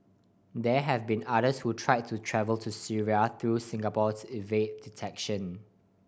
there have been others who tried to travel to Syria through Singapore to evade detection